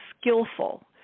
skillful